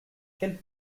quelle